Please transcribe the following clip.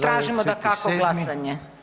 Tražimo dakako glasanje.